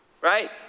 right